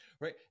right